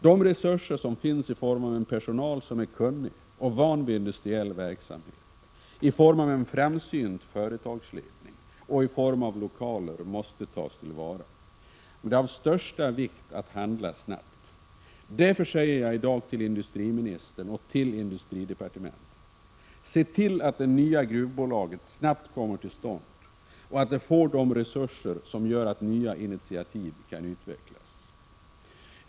De resurser som finns i form av personal som är kunnig och van vid industriell verksamhet, i form av en framsynt företagsledning och i form av lokaler måste tas till vara. Och det är av största vikt att handla snabbt. Därför säger jag i dag till industriministern och till industridepartementet: Se till att det nya gruvbolaget snabbt kommer till stånd och att det får de resurser som gör att nya initiativ kan utvecklas.